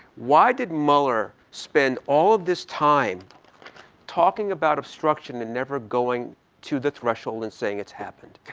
why did mueller spend all of this time talking about obstruction and never going to the threshold and saying it's happened?